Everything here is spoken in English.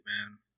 man